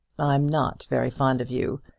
i'm not very fond of you.